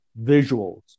visuals